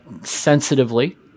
sensitively